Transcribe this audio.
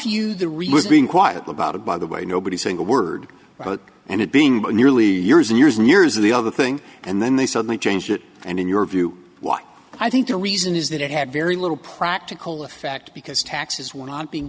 is being quiet about it by the way nobody saying a word wrote and it being nearly years and years and years of the other thing and then they suddenly changed it and in your view what i think the reason is that it had very little practical effect because taxes were not being